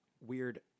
weird